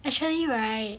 actually right